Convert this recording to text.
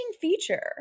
feature